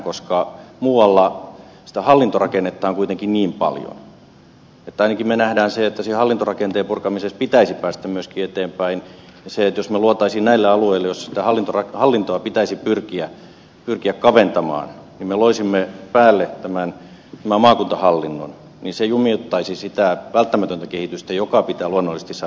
koska muualla sitä hallintorakennetta on kuitenkin niin paljon että ainakin me näemme sen että sen hallintorakenteen purkamisessa pitäisi päästä myöskin eteenpäin ja jos me loisimme näille alueille joissa hallintoa pitäisi pyrkiä kaventamaan päälle tämän maakuntahallinnon se jumiuttaisi sitä välttämätöntä kehitystä joka pitää luonnollisesti saada liikkeelle